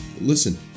Listen